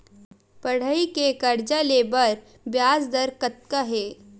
पढ़ई के कर्जा ले बर ब्याज दर कतका हे?